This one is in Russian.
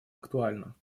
актуально